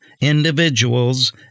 individuals